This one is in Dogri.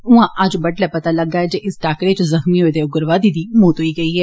उआं अज्ज बड्डलै पता लग्गेआ जे इस टाकरे च जुख्मी होए दे उग्रवादी दी मौत होई गेई ऐ